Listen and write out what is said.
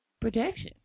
protection